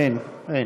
אין.